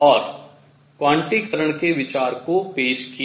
और क्वांटीकरण के विचार को पेश किया